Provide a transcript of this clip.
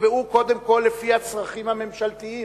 יקבעו קודם כול לפי הצרכים הממשלתיים.